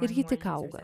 ir ji tik auga